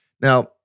Now